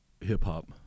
hip-hop